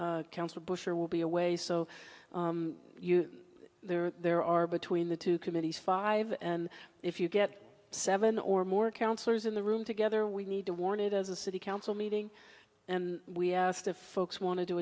council bushehr will be away so you there there are between the two committees five and if you get seven or more councillors in the room together we need to warn it is a city council meeting and we asked if folks wan